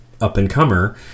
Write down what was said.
up-and-comer